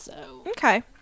Okay